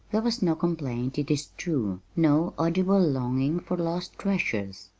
there was no complaint, it is true, no audible longing for lost treasures.